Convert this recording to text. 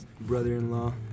brother-in-law